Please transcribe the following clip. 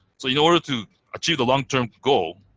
so in order to achieve the long term goal,